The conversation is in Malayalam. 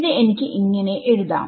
ഇത് എനിക്ക് ഇങ്ങനെ എഴുതാം